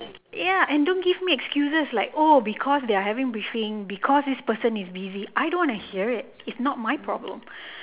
ya and don't give me excuses like oh because their having briefing because this person is busy I don't want to hear it it's not my problem